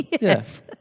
Yes